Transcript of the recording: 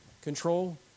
control